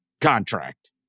contract